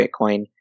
Bitcoin